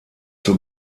zur